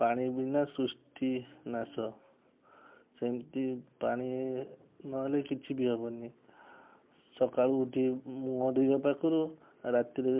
ପାଣି ବିନା ସୃଷ୍ଟି ନାଶ ସେମିତି ପାଣି ନହେଲେ କିଛି ବି ହବନି ସକାଳୁ ଉଠି ମୁହଁ ଧୁଇବା ପାଖରୁ ରାତିରେ